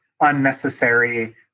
unnecessary